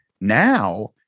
Now